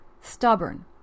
stubborn